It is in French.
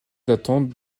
datant